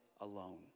alone